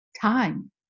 time